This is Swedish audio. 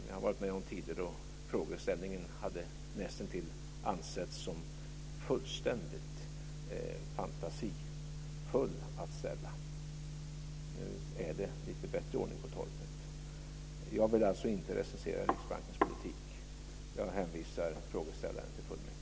Jag har varit med om tider då frågeställningen hade ansetts som nästintill fullständigt fantasifull att ställa. Nu är det lite bättre ordning på torpet. Jag vill alltså inte recensera Riksbankens politik. Jag hänvisar frågeställaren till fullmäktige.